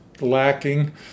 lacking